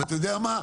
ואתה יודע מה?